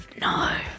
No